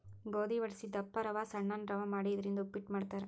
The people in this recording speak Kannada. ಗೋಧಿ ವಡಸಿ ದಪ್ಪ ರವಾ ಸಣ್ಣನ್ ರವಾ ಮಾಡಿ ಇದರಿಂದ ಉಪ್ಪಿಟ್ ಮಾಡ್ತಾರ್